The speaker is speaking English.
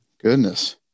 Goodness